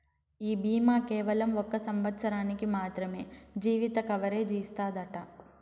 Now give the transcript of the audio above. ఈ బీమా కేవలం ఒక సంవత్సరానికి మాత్రమే జీవిత కవరేజ్ ఇస్తాదట